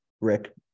Rick